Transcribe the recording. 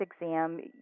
exam